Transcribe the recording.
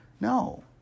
No